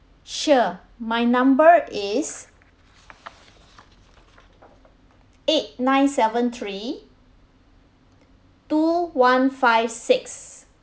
sure my number is eight nine seven three two one five six